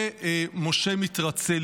ומשה מתרצה.